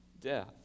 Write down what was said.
death